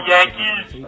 Yankees